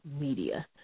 media